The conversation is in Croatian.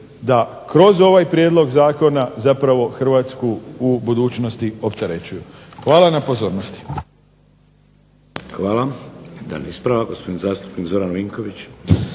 da kroz ovaj prijedlog zakona zapravo Hrvatsku u budućnosti opterećujemo. Hvala na pozornosti. **Šeks, Vladimir (HDZ)** Hvala. Jedan ispravak. Gospodin zastupnik Zoran Vinković.